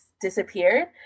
disappeared